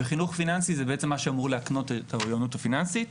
חינוך פיננסי זה מה שבעצם אמור להקנות את האוריינות הפיננסית.